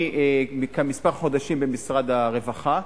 אני כמה חודשים במשרד הרווחה,